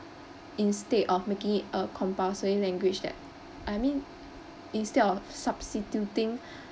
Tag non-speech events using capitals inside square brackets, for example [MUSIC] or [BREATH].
instead of making it a compulsory language that I mean instead of substituting [BREATH]